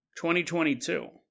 2022